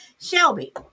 shelby